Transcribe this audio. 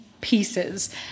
pieces